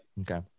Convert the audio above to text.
Okay